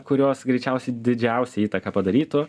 kurios greičiausiai didžiausią įtaką padarytų